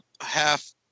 half